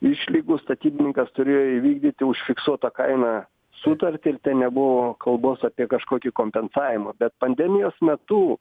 išlygų statybininkas turėjo įvykdyti už fiksuotą kainą sutartį ir ten nebuvo kalbos apie kažkokį kompensavimą bet pandemijos metu